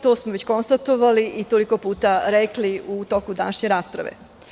To smo već konstatovali i toliko puta rekli u toku današnje rasprave.